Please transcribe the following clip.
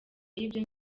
yibyo